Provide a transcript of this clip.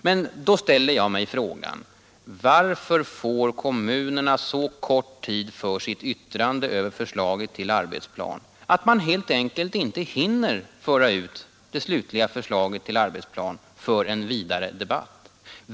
Jag vill då ställa frågan: Varför får kommu = "ing m.m. nerna så kort tid för sina yttranden eller förslag till arbetsplaner att de helt enkelt inte hinner föra ut de slutliga förslagen till arbetsplan för en vidare = Tillämpning av alldebatt?